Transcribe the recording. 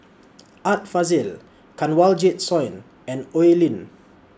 Art Fazil Kanwaljit Soin and Oi Lin